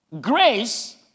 grace